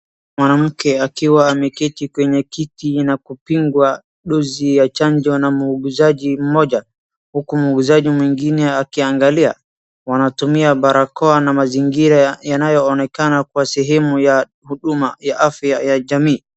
Mwanamke akiwa ameketi kwenye kiti na kupingwa dozi ya chanjo na muguzaji mmoja huku muguzaji mwingine akiangalia. Wanatumia barakoa na mazingira yanayoonekana kuwa sehemu ya huduma ya afya ya jamii.